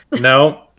No